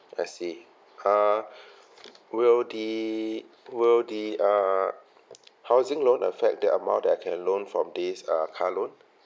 I see uh will the will the err housing loan affect the amount that I can loan from this uh car loan